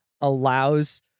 allows